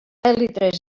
èlitres